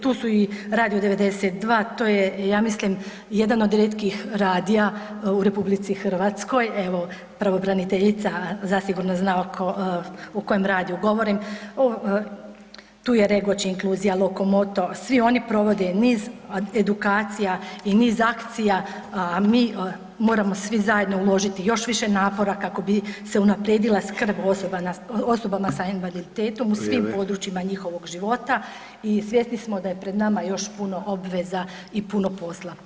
Tu su i Radio 92, to je ja mislim jedan od rijetkih radija u RH, evo pravobraniteljica zasigurno o kojem radiju govorim, tu je Regoč inkluzija, Lokomoto, svi oni provode niz edukacija i niz akcija, mi moramo svi zajedno uložiti još više napora kako bi se unaprijedila skrb osobama sa invaliditetom u svim područjima njihovog života [[Upadica Sanader: Vrijeme.]] i svjesni smo da je pred nama još puno obveza i puno posla.